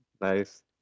Nice